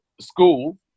school